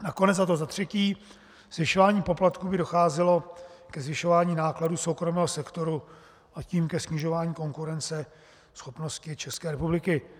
A nakonec za třetí, zvyšováním poplatků by docházelo ke zvyšování nákladů soukromého sektoru, a tím ke snižování konkurenceschopnosti České republiky.